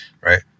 Right